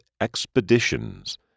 Expeditions